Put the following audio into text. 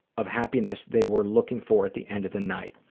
of happiness they were looking for at the end of the night.